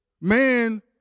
man